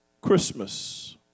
Christmas